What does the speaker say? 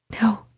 No